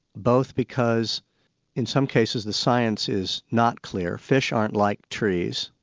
both because in some cases the science is not clear fish aren't like trees,